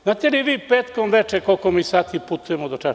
Znate li vi petkom uveče koliko mi sati putujemo do Čačka?